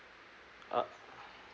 uh